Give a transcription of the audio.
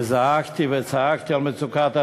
וזעקתי וצעקתי על מצוקת הדיור.